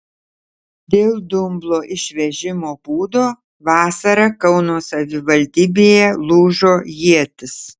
dėl dumblo išvežimo būdo vasarą kauno savivaldybėje lūžo ietys